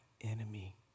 enemy